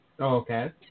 Okay